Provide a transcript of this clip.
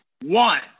One